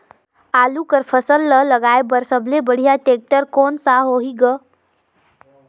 आलू कर फसल ल लगाय बर सबले बढ़िया टेक्टर कोन सा होही ग?